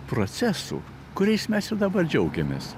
procesų kuriais mes ir dabar džiaugiamės